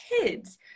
kids